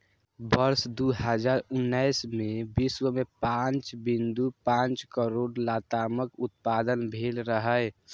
वर्ष दू हजार उन्नैस मे विश्व मे पांच बिंदु पांच करोड़ लतामक उत्पादन भेल रहै